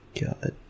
God